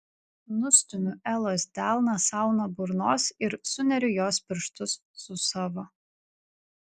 nustumiu elos delną sau nuo burnos ir suneriu jos pirštus su savo